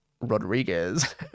Rodriguez